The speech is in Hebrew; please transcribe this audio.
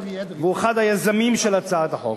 והוא אחד היוזמים של הצעת החוק.